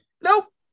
Nope